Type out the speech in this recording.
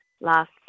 last